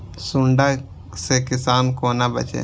सुंडा से किसान कोना बचे?